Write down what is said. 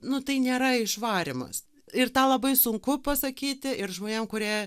nu tai nėra išvarymas ir tą labai sunku pasakyti ir žmonėm kurie